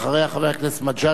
חבר הכנסת מג'אדלה.